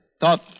thought